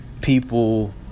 people